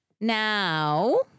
Now